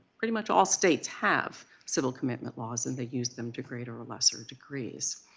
pretty much all states have civil commitment laws and they use them to greater or lesser degrees.